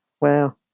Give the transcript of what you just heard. Wow